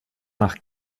nach